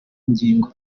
ngingo